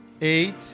eight